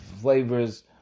flavors